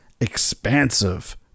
expansive